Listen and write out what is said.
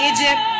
Egypt